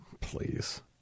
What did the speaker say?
Please